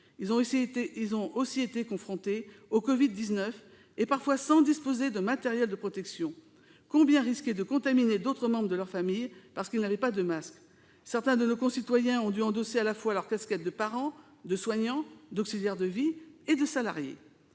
Ils ont aussi été confrontés au Covid-19, parfois sans disposer de matériels de protection. Combien risquaient de contaminer d'autres membres de leur famille parce qu'ils n'avaient pas de masques ? Certains de nos concitoyens ont dû endosser à la fois leur casquette de parent, de soignant, d'auxiliaire de vie et de salarié.